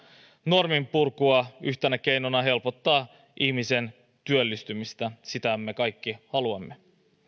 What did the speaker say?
norminpurkua yhtenä keinona helpottaa ihmisen työllistymistä sitähän me kaikki haluamme